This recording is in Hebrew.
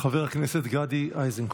חבר הכנסת גדי איזנקוט.